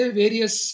various